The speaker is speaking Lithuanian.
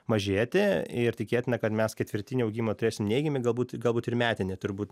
mažėti ir tikėtina kad mes ketvirtinį augimą turėsim neigiamai galbūt galbūt ir metinį turbūt